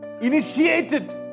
initiated